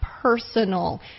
personal